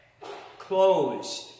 Closed